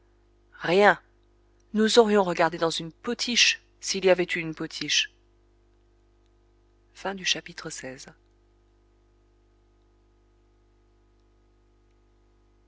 rien nous aurions regardé dans une potiche s'il y avait eu une potiche